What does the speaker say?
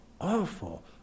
awful